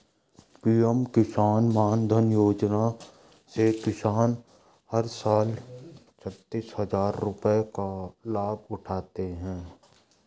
PM किसान मानधन योजना से किसान हर साल छतीस हजार रुपये का लाभ उठाते है